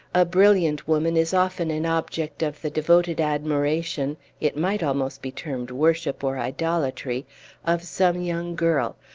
a brilliant woman is often an object of the devoted admiration it might almost be termed worship, or idolatry of some young girl,